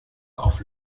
auf